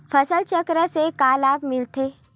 फसल चक्र से का लाभ मिलथे?